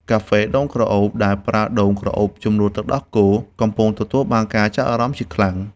កាហ្វេដូងក្រអូប ដែលប្រើដូងក្រអូបជំនួសទឹកដោះគោ កំពុងទទួលបានការចាប់អារម្មណ៍ជាខ្លាំង។